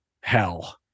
hell